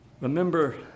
Remember